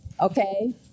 okay